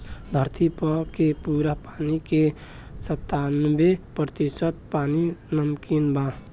धरती पर के पूरा पानी के सत्तानबे प्रतिशत पानी नमकीन बा